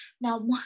now